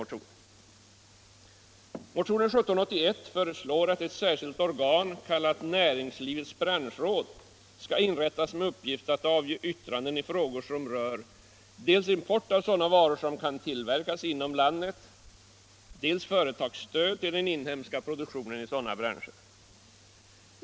Motion 1781 föreslår att ett särskilt organ kallat näringslivets branschråd skall inrättas med uppgift att avge yttranden i frågor som rör dels import av sådana varor som kan tillverkas inom landet, dels företagsstöd till den inhemska produktionen i sådana branscher.